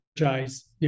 energize